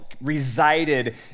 resided